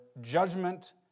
judgment